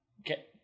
Okay